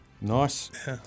Nice